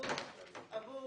בוצעו עבור